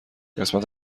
قسمت